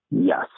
Yes